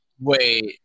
Wait